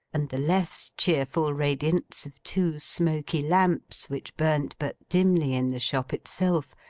and the less cheerful radiance of two smoky lamps which burnt but dimly in the shop itself,